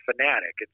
fanatic